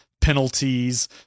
penalties